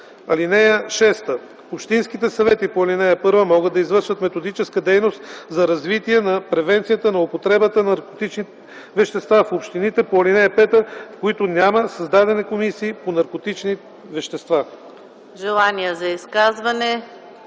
(6) Общинските съвети по ал. 1 могат да извършват методическа дейност за развитие на превенцията на употребата на наркотичните вещества в общините по ал. 5, в които няма създадени комисии по наркотични вещества.” ПРЕДСЕДАТЕЛ